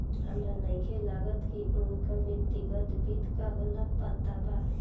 हामरा नइखे लागत की उनका व्यक्तिगत वित्त का होला पता बा